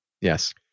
yes